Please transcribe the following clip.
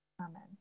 Amen